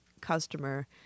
customer